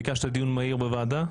ביקשת דיון מהיר בוועדה?